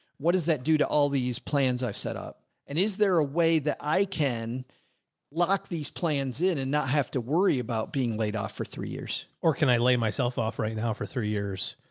what does that do to all these plans? i've set up. and is there a way that i can lock these plans in and not have to worry about being laid off for three years? or can i lay myself off right now for three years?